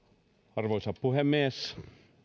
arvoisa puhemies